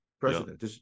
President